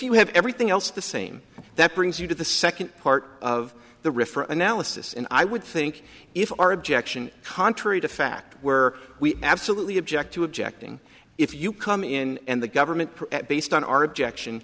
you have everything else the same that brings you to the second part of the riff or analysis and i would think if our objection contrary to fact were we absolutely object to objecting if you come in and the government based on